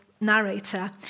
narrator